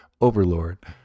Overlord